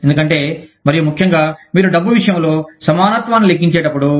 ఎందుకంటే మరియు ముఖ్యంగా మీరు డబ్బు విషయంలో సమానత్వాన్ని లెక్కించేటప్పుడు